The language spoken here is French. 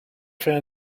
fait